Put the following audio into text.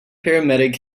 paramedic